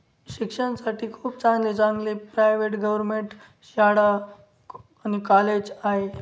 शिक्षणासाठी खूप चांगले चांगले प्रायव्हेट गव्हर्मेंट शाळा आणि कॉलेज आहे